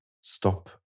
stop